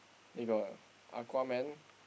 they got Aquaman